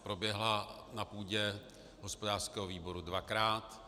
Proběhla na půdě hospodářského výboru dvakrát.